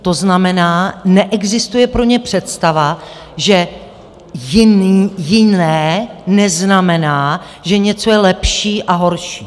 To znamená, neexistuje pro ně představa, že jiný jiné neznamená, že něco je lepší a horší.